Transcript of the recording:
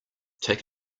take